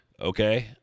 okay